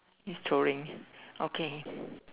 is touring okay